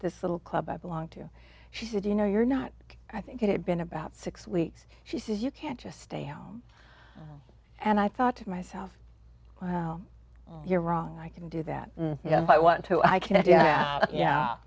this little club i belong to she said you know you're not i think it had been about six weeks she says you can't just stay home and i thought to myself well you're wrong i can do that you know i want to i can i do yeah yeah